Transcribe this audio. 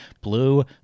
blue